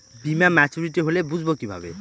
বীমা মাচুরিটি হলে বুঝবো কিভাবে?